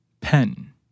pen